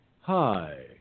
hi